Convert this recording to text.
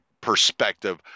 perspective